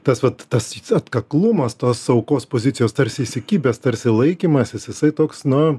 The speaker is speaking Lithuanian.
tas vat tas atkaklumas tos aukos pozicijos tarsi įsikibęs tarsi laikymasis jisai toks nu